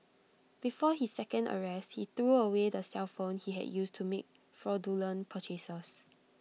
before his second arrest he threw away the cellphone he had used to make fraudulent purchases